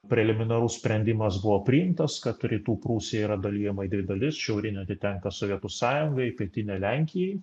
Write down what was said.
preliminarus sprendimas buvo priimtas kad rytų prūsija yra dalijama į dvi dalis šiaurinė atitenka sovietų sąjungai pietinė lenkijai